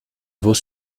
vaux